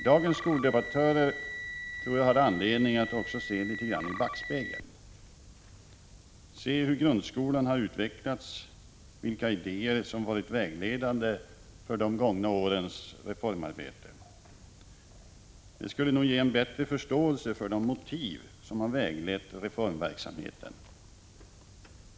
Dagens skoldebattörer tror jag har anledning att också se litet i backspegeln — se hur grundskolan har utvecklats och vilka idéer som har varit vägledande för de gångna årens reformarbete. Det skulle nog ge en bättre förståelse för de motiv som har väglett reformverksamheten.